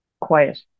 quiet